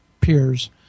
peers